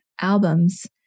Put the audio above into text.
albums